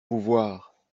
pouvoir